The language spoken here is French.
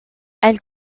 elle